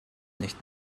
nicht